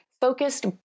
focused